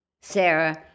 Sarah